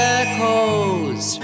echoes